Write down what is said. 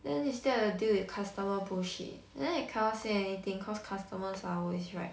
then you still have to deal with customer bullshit then you cannot say anything cause customers are always right